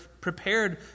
prepared